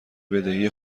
بدهی